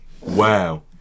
Wow